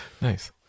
nice